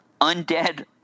undead